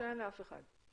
שאין לאף אחד.